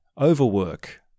overwork